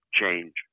change